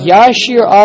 Yashir